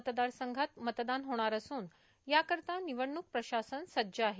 मतदारसंघात मतदान होणार असून याकरिता निवडणूक प्रशासन सज्ज आहे